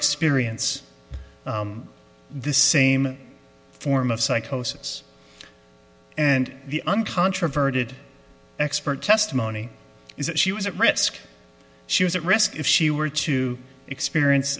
experience the same form of psychosis and the uncontroverted expert testimony is that she was at risk she was at risk if she were to experience